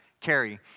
carry